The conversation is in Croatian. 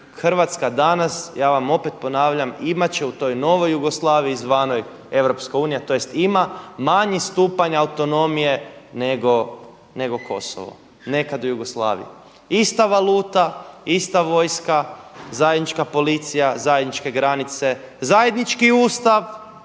Hrvatska danas ja vam opet ponavljam imat će u toj novoj Jugoslaviji zvanoj Europska unija tj. ima manji stupanj autonomije nego Kosovo nekada u Jugoslaviji. Ista valuta, ista vojska, zajednička policija, zajedničke granice, zajednički Ustav,